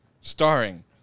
starring